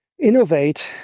innovate